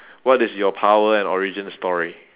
what is your power and origin story